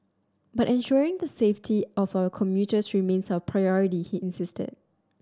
but ensuring the safety of our commuters remains our priority he insisted